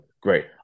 Great